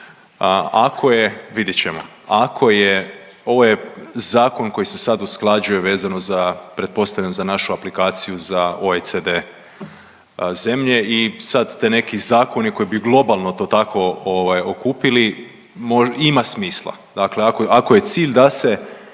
Ako je, vidit ćemo… Ako je, ovo je Zakon koji se sad usklađuje vezano za, pretpostavljam za našu aplikaciju za OECD zemlje i sad te neki zakoni koji bi globalno to tako okupili, ima smisla, dakle ako je cilj da se